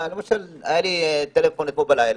למשל, הייתה לי שיחת טלפון אתמול בלילה.